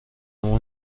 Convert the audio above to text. اون